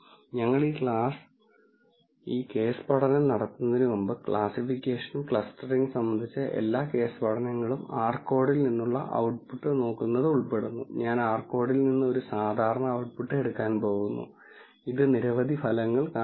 എന്നിരുന്നാലും ഞങ്ങൾ ഈ കേസ് പഠനം നടത്തുന്നതിന് മുമ്പ് ക്ലാസിഫിക്കേഷനും ക്ലസ്റ്ററിംഗും സംബന്ധിച്ച എല്ലാ കേസ് പഠനങ്ങളും r കോഡിൽ നിന്നുള്ള ഔട്ട്പുട്ട് നോക്കുന്നത് ഉൾപ്പെടുന്നു ഞാൻ r കോഡിൽ നിന്ന് ഒരു സാധാരണ ഔട്ട്പുട്ട് എടുക്കാൻ പോകുന്നു ഇത് നിരവധി ഫലങ്ങൾ കാണിക്കും